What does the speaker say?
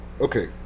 okay